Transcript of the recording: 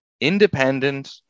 independent